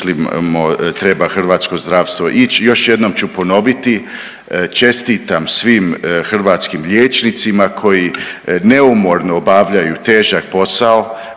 treba hrvatsko zdravstvo ići. Još jednom ću ponoviti. Čestitam svim hrvatskim liječnicima koji neumorno obavljaju težak posao